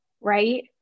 Right